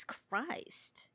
Christ